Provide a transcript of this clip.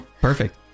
Perfect